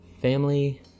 family